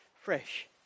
Fresh